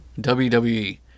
WWE